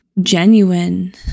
genuine